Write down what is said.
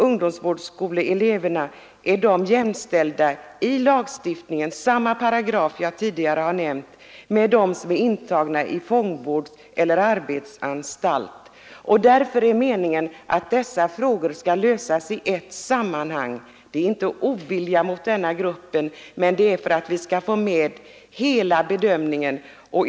Ungdomsvårdsskoleeleverna är jämställda i lagstiftningen — samma paragraf som jag tidigare nämnt — med dem som är intagna på fångvårdseller arbetsanstalt. Därför är det meningen att dessa frågor skall lösas i ett sammanhang. Det beror inte på ovilja mot denna grupp, att motionen avstyrkts, utan det är för att vi skall kunna göra en totalbedömning.